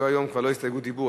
היום זה כבר לא הסתייגות דיבור,